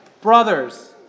brothers